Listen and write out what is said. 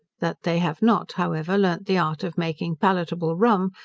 that they have not, however, learnt the art of making palatable rum,